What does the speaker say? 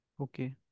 Okay